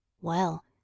Well